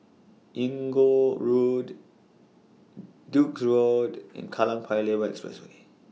Inggu Road Duke's Road and Kallang Paya Lebar Expressway